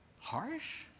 Harsh